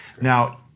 Now